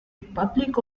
republic